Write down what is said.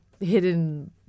hidden